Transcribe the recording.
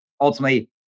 ultimately